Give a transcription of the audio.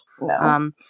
No